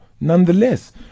nonetheless